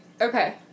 Okay